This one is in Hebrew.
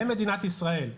במדינת ישראל.